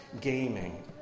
gaming